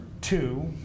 two